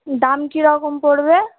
দাম কী রকম পড়বে